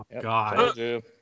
God